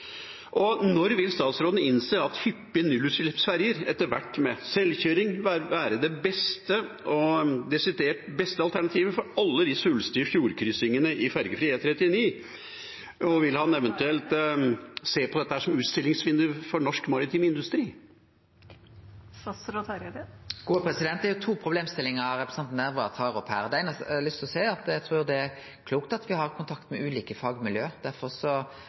Når vil statsråden innse at hyppige nullutslippsferger, etter hvert med selvkjøring, vil være det desidert beste alternativet for alle de svulstige fjordkryssingene i fergefri E39? Vil han eventuelt se på dette som et utstillingsvindu for norsk maritim industri? Det er to problemstillingar representanten Nævra tar opp her. Det eine eg har lyst til å seie, er at eg trur det er klokt at me har kontakt med ulike fagmiljø. Derfor